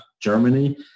Germany